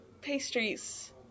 pastries